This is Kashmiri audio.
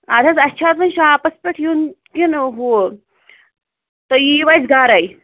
اَدٕ حظ اَسہِ چھُ آسان شاپس پٮ۪ٹھ یُن کِنہٕ ہُہ تُہۍ یِیٖو اَسہِ گَرَے